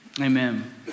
Amen